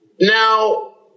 Now